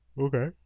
Okay